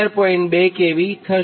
2 kV થશે